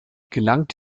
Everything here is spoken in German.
gelangt